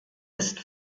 ist